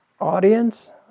audience